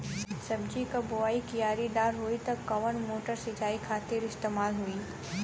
सब्जी के बोवाई क्यारी दार होखि त कवन मोटर सिंचाई खातिर इस्तेमाल होई?